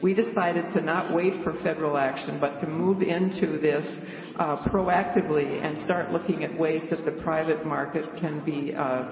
we decided to not wait for federal action but to move into this proactively and start looking at ways that the private market can be ah